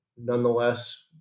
nonetheless